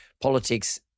politics